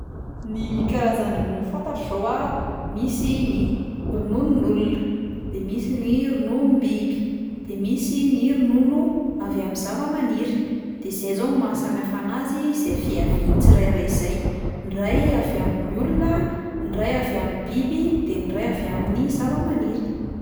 Ny karazan-dronono fantatro izao a: misy ny rononon'olona, de misy ny rononom-biby, de misy ny ronono avy amin'ny zava-maniry, de izay izao no mahasamihafa anazy zay fiaviany tsirairay izay, ny iray avy amin'ny olona, ny iray avy amin'ny biby, de ny iray avy amin'ny zava-maniry.